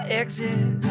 exit